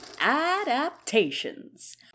Adaptations